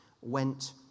went